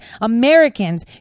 Americans